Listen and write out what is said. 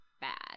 bad